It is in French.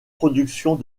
productions